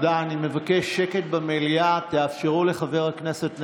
חברת הכנסת גולן,